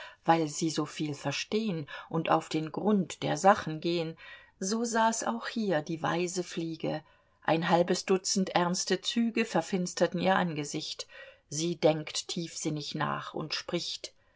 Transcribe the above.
weil sie soviel verstehn und auf den grund der sachen gehn so saß auch hier die weise fliege ein halbes dutzend ernste züge verfinsterten ihr angesicht sie denkt tiefsinnig nach und spricht